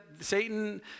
Satan